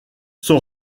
son